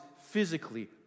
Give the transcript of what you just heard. physically